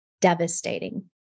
devastating